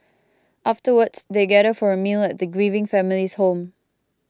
afterwards they gather for a meal at the grieving family's home